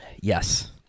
Yes